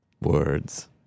Words